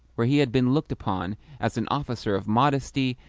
where he had been looked upon as an officer of modesty,